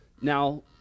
now